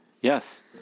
Yes